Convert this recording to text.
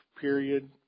period